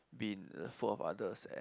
been full of others and